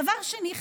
דבר שני,